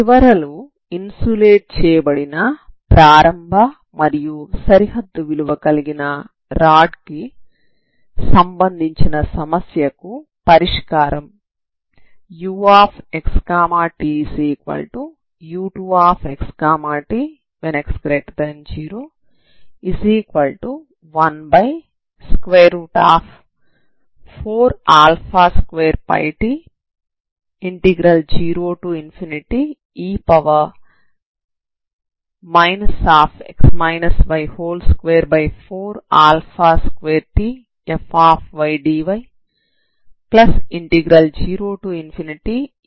చివరలు insulate చేయబడిన ప్రారంభ మరియు సరిహద్దు విలువ కలిగిన రాడ్ కి సంబంధించిన సమస్యకు పరిష్కారం uxtu2xt|x014α2πt0e 242tfdy0e xy242tfdy అవుతుంది